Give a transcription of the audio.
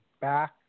back